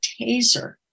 taser